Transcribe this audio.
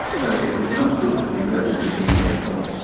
so it was not good, we really did need reform.